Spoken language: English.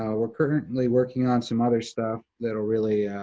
ah we're currently working on some other stuff that'll really,